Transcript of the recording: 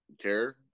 care